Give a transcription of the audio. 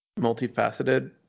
multifaceted